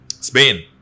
Spain